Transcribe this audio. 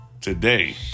today